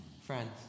Friends